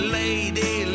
lady